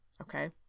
okay